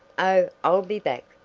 oh i'll be back,